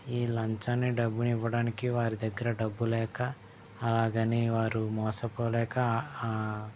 ఈ లంచాన్ని డబ్బుని ఇవ్వడానికి వారి దగ్గర డబ్బు లేక అలాగని వారు మోసపోలేక ఆ